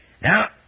Now